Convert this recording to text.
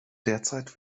derzeit